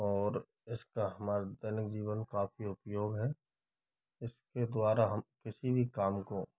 और इसका हमारे दैनिक जीवन काफ़ी उपयोग है इसके द्वारा हम किसी भी काम को